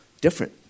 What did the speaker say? different